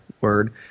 word